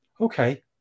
Okay